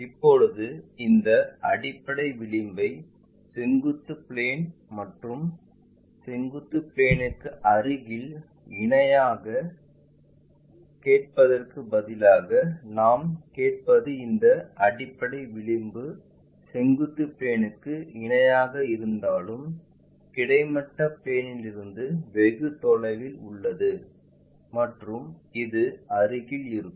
இப்போது இந்த அடிப்படை விளிம்பை செங்குத்து பிளேன் மற்றும் செங்குத்து பிளேன்ற்கு அருகில் இணையாக கேட்பதற்கு பதிலாக நாம் கேட்பது இந்த அடிப்படை விளிம்பு செங்குத்து பிளேன்ற்கு இணையாக இருந்தாலும் கிடைமட்ட பிளேன்லிருந்து வெகு தொலைவில் உள்ளது மற்றும் இது அருகில் இருக்கும்